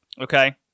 Okay